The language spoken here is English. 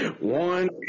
one